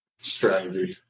strategy